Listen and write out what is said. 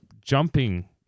jumping